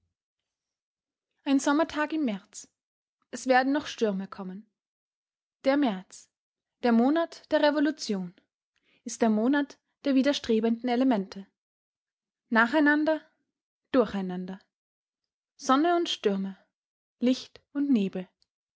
ein sommertag im märz es werden noch stürme kommen der märz der monat der revolution ist der monat der widerstrebenden elemente nacheinander durcheinander sonne und stürme licht und nebel